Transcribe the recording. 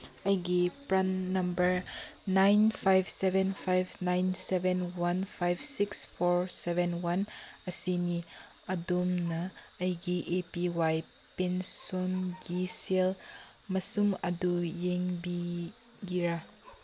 ꯑꯩꯒꯤ ꯄ꯭ꯔꯥꯟ number nine five seven five nine seven one five six four seven one ꯑꯁꯤꯅꯤ ꯑꯗꯣꯝꯅ ꯑꯩꯒꯤ ꯑꯦ ꯄꯤ ꯋꯥꯏ ꯄꯦꯟꯁꯨꯟꯒꯤ ꯁꯦꯜ ꯃꯁꯨꯡ ꯑꯗꯨ ꯌꯦꯡꯕꯤꯒꯦꯔꯥ